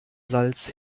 salz